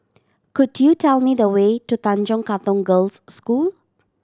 could you tell me the way to Tanjong Katong Girls' School